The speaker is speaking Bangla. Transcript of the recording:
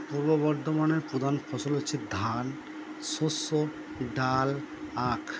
পূর্ব বর্ধমানের প্রধান ফসল হচ্ছে ধান শস্য ডাল আখ